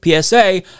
psa